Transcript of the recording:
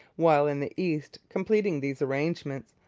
while in the east completing these arrangements,